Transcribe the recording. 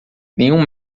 nenhum